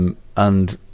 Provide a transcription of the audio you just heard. and and,